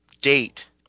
date